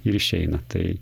ir išeina tai